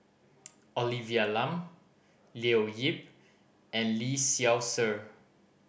Olivia Lum Leo Yip and Lee Seow Ser